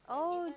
oh